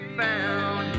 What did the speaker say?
found